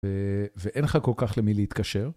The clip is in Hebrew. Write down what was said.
ואין לך כל כך למי להתקשר.